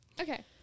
Okay